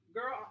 Girl